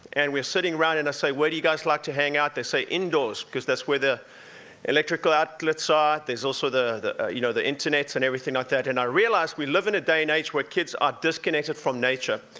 and we're sitting around and i say, where do you guys like to hang out? they say, indoors, because that's where their electrical outlets are. there's also the you know the internet, and everything like that, and i realized we live in a day and age where kids are disconnected from nature.